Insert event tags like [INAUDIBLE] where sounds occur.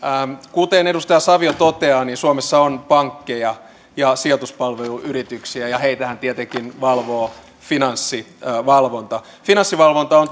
kuten edustaja savio toteaa suomessa on pankkeja ja sijoituspalveluyrityksiä ja niitähän tietenkin valvoo finanssivalvonta finanssivalvonta on [UNINTELLIGIBLE]